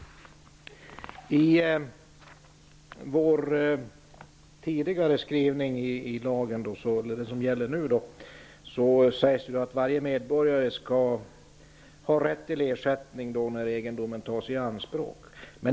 I den hittills gällande lagtexten stadgas att varje medborgare skall ha rätt till ersättning när egendomen tas i anspråk.